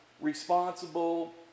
responsible